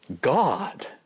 God